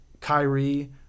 Kyrie